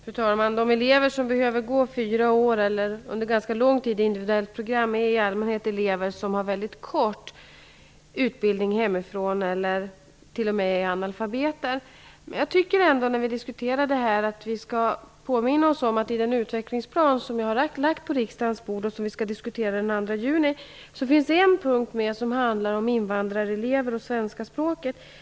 Fru talman! De elever som behöver gå fyra år, eller i alla fall ganska lång tid, i ett individuellt program är i allmänhet elever som har mycket kort utbildning i hemlandet. De kan t.o.m. vara analfabeter. När vi nu diskuterar detta bör vi påminna oss om att i den utvecklingsplan som regeringen har lagt på riksdagens bord, vilken skall diskuteras den 2 juni, finns en punkt som handlar om invandrarelever och det svenska språket.